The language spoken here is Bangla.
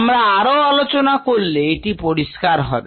আমরা আরো আলোচনা করলে এটি পরিষ্কার হবে